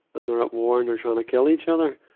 and they're at war and they're trying to kill each other.